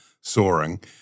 soaring